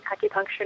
Acupuncture